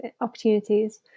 opportunities